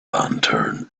lantern